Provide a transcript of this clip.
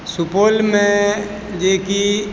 सुपौलमे जे कि